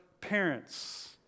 parents